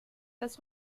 das